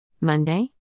Monday